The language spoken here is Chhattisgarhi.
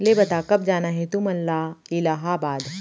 ले बता, कब जाना हे तुमन ला इलाहाबाद?